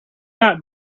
not